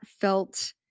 felt